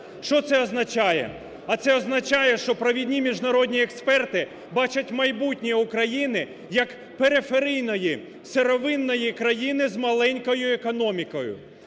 Що це означає. А це означає, що провідні міжнародні експерти бачать майбутнє України як периферійної сировинної країни з маленькою економікою.